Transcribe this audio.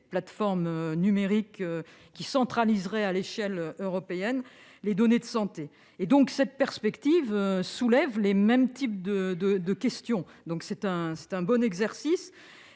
plateforme numérique qui centraliserait, à l'échelle européenne, les données de santé. Cette perspective soulève les mêmes types de questions- c'est donc un bon exercice.